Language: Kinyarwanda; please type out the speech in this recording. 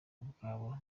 ubwabo